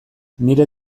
nire